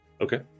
okay